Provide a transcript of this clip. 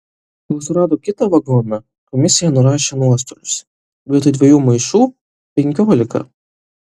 kol surado kitą vagoną komisija nurašė nuostolius vietoj dviejų maišų penkiolika